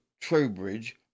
Trowbridge